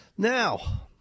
Now